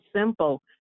simple